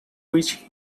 which